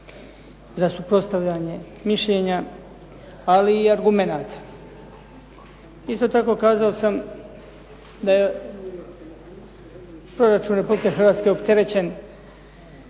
za suprotstavljanje mišljenja ali i argumenata. Isto tako, kazao sam da je proračun Republike Hrvatske opterećen